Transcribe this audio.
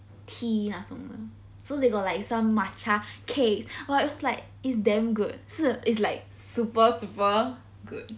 tea 那种 so they got like some matcha cake !wah! it's like is damn good 是 is like super super good